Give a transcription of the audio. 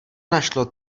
našlo